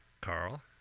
Carl